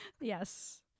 Yes